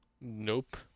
Nope